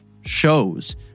shows